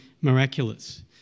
miraculous